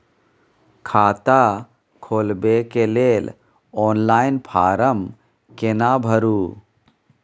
खाता खोलबेके लेल ऑनलाइन फारम केना भरु?